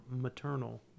maternal